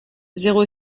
zéro